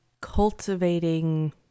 cultivating